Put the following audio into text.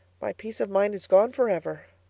my peace of mind is gone for ever